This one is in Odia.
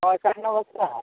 ହଁ ସାର୍ ନମସ୍କାର